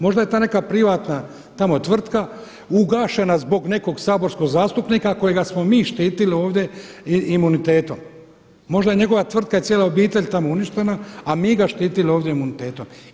Možda je ta neka privatna tamo tvrtka ugašena zbog nekog saborskog zastupnika kojega smo mi štitili ovdje imunitetom, možda je njegova tvrtka i cijela obitelj tamo uništena, a mi ga štitili ovdje imunitetom.